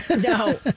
No